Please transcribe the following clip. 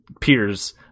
peers